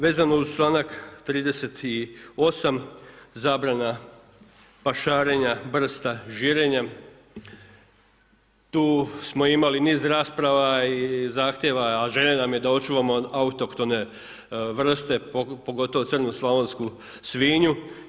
Vezano uz članak 38. zabrana pašarenja brsta žirenjem, tu smo imali niz rasprava i zahtjeva, a želja nam je da očuvamo autohtone vrste, pogotovo crnu slavonsku svinju.